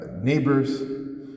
neighbors